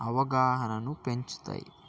అవగాహనను పెంచుతాయి